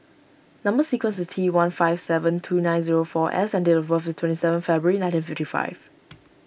Number Sequence is T one five seven two nine zero four S and date of birth is twenty seven February nineteen fifty five